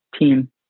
team